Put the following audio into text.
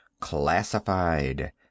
classified